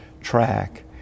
track